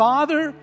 Father